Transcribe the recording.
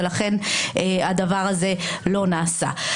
ולכן הדבר הזה לא נעשה.